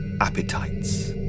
appetites